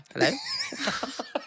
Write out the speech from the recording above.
Hello